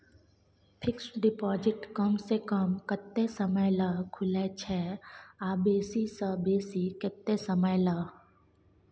Fixed deposit कम स कम कत्ते समय ल खुले छै आ बेसी स बेसी केत्ते समय ल?